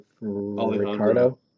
Ricardo